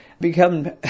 become